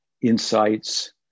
insights